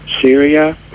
Syria